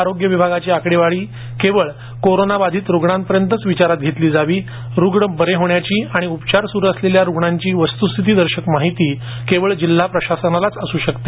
आरोग्य विभागाची आकडेवारी केवळ कोरोना बाधित रुग्णांपर्यंतच विचारात घेतली जावी रुग्ण बरे होण्याची आणि उपचार सुरु असलेल्या रुग्णांची वस्तुस्थिती दर्शक माहिती केवळ जिल्हा प्रशासनालाच असू शकते